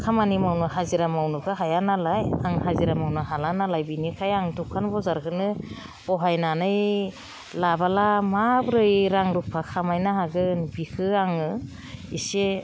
खामानि मावनो हाजिरा मावनोबो हाया नालाय आं हाजिरा मावनो हाला नालाय बेनिखायनो आं दखान बाजारखौनो बहायनानै लाबोला माबोरै रां रुफा खामायनो हागोन बेखौ आङो एसे